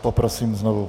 Poprosím znovu...